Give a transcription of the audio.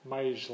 Mais